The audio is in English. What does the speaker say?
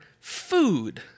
Food